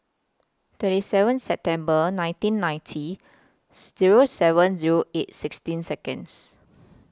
twenty seven September nineteen ninety Zero seven Zero eight sixteen Seconds